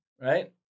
right